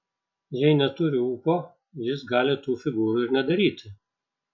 jei neturi ūpo jis gali tų figūrų ir nedaryti